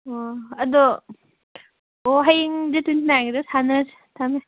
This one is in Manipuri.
ꯑꯣ ꯑꯗꯣ ꯑꯣ ꯍꯌꯦꯡ ꯗꯦꯠ ꯇ꯭ꯋꯦꯟꯇꯤ ꯅꯥꯏꯟꯒꯤꯗꯨꯗ ꯁꯥꯟꯅꯔꯁꯤ ꯊꯝꯃꯦ